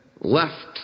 left